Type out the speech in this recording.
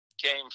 came